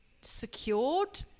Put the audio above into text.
secured